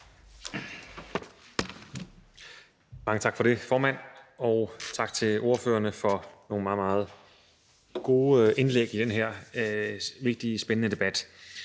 Mange tak for det, formand. Og tak til ordførerne for nogle meget, meget gode indlæg i den her vigtige, spændende debat.